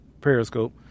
periscope